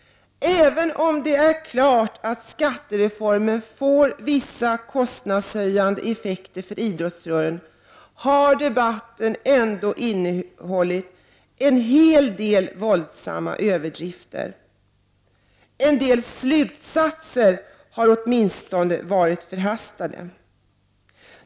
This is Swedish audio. Även om det är klart att skattereformen får vissa konstnadshöjande effekter för 91 idrottsrörelsen, har debatten ändå innehållit en hel del våldsamma överdrifter. En del slutsatser har åtminstone varit förhastade.